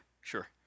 sure